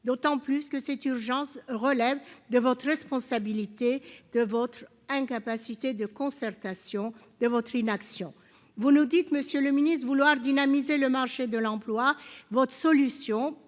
d'autant plus que cette urgence relève de votre responsabilité de votre incapacité de concertation, de votre inaction, vous nous dites, Monsieur le Ministre, vouloir dynamiser le marché de l'emploi, votre solution